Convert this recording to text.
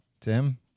Tim